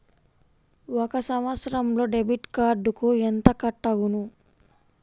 ఒక సంవత్సరంలో డెబిట్ కార్డుకు ఎంత కట్ అగును?